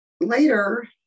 later